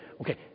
Okay